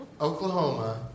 Oklahoma